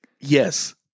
yes